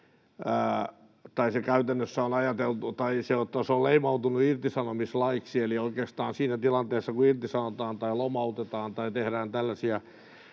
se on leimautunut irtisanomislaiksi. Oikeastaan siinä tilanteessa, kun irtisanotaan tai lomautetaan tai tehdään tällaisia